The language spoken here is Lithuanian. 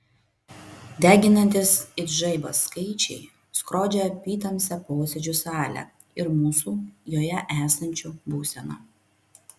deginantys it žaibas skaičiai skrodžia apytamsę posėdžių salę ir mūsų joje esančių būseną